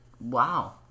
Wow